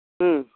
ᱦᱩᱸ